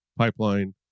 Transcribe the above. pipeline